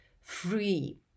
free